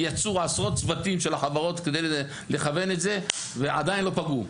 יצאו עשרות צוותים של החברות כדי לכוון את זה ועדיין לא פגעו.